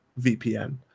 VPN